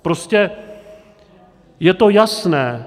Prostě je to jasné.